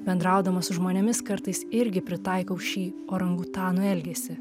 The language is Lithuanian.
bendraudama su žmonėmis kartais irgi pritaikau šį orangutanų elgesį